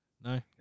no